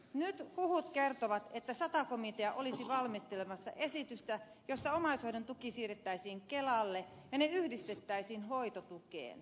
nyt huhut kertovat että sata komitea olisi valmistelemassa esitystä jossa omaishoidon tuki siirrettäisiin kelalle ja se yhdistettäisiin hoitotukeen